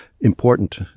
important